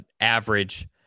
average